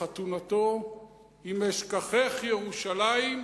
בחתונתו: אם אשכחך ירושלים,